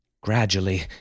Gradually